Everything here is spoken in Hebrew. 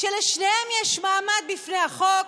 שלשניהם יש מעמד בפני החוק,